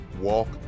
walk